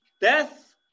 death